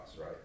right